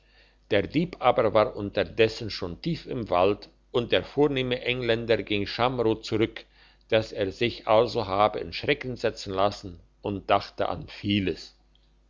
der dieb aber war unterdessen schon tief im wald und der vornehme engländer ging schamrot zurück dass er sich also habe in schrecken setzen lassen und dachte an vieles